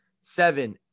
seven